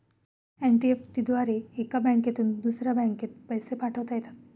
NEFT द्वारे एका बँकेतून दुसऱ्या बँकेत पैसे पाठवता येतात